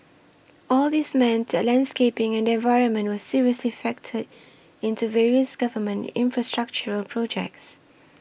all these meant that landscaping and the environment were seriously factored into various government infrastructural projects